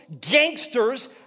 gangsters